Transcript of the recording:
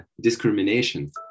discrimination